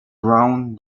brown